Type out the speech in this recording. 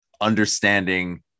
understanding